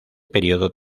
período